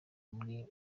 muri